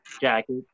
jacket